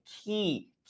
key